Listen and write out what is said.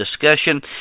discussion